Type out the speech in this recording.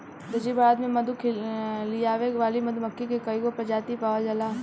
दक्षिण भारत में मधु लियावे वाली मधुमक्खी के कईगो प्रजाति पावल जाला